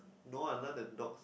no I love the dogs